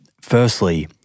firstly